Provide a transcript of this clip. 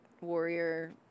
Warrior